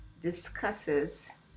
discusses